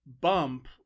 bump